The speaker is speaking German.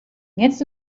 jetzt